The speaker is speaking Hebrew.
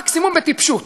מקסימום בטיפשות.